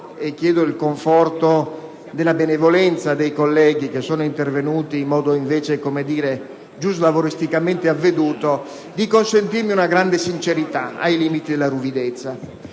auspicando il conforto e la benevolenza dei colleghi che sono intervenuti in modo giuslavoristicamente avveduto, chiedo loro di consentirmi una grande sincerità, ai limiti della ruvidezza.